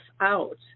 out